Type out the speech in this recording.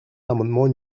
l’amendement